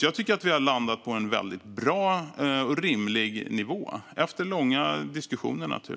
Jag tycker att vi har landat på en bra och rimlig nivå, naturligtvis efter långa diskussioner.